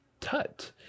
Tut